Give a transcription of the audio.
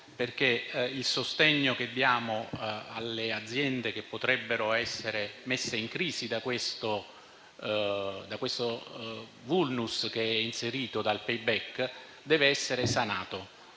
perché il sostegno che diamo alle aziende che potrebbero essere messe in crisi dal *vulnus* inserito dal *payback* deve essere sanato.